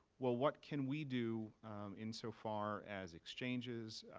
well what can we do insofar as exchanges,